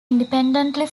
independently